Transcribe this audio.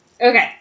Okay